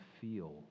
feel